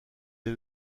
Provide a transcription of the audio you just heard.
est